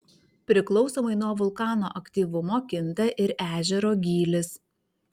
priklausomai nuo vulkano aktyvumo kinta ir ežero gylis